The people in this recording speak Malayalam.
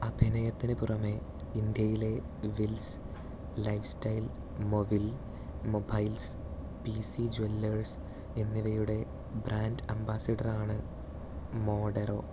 അഭിനയത്തിന് പുറമേ ഇന്ത്യയിലെ വിൽസ് ലൈഫ് സ്റ്റൈൽ മൊവിൽ മൊബൈൽസ് പീസി ജ്വല്ലേഴ്സ് എന്നിവയുടെ ബ്രാൻഡ് അംബാസിഡറാണ് മോഡെറോ